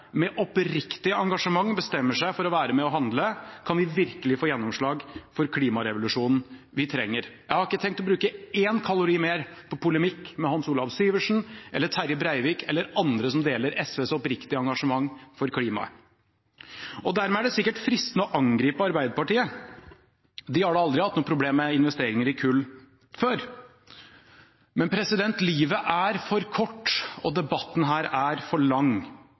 med oppriktig engasjement bestemmer seg for å være med og handle, kan vi virkelig få gjennomslag for klimarevolusjonen vi trenger. Jeg har ikke tenkt å bruke én kalori mer på polemikk med Hans Olav Syversen eller Terje Breivik eller andre som deler SVs oppriktige engasjement for klimaet. Dermed er det sikkert fristende å angripe Arbeiderpartiet. De har da aldri hatt noe problem med investeringer i kull før. Men livet er for kort, og debatten her er for lang.